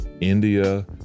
India